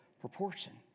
proportion